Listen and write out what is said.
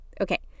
Okay